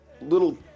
little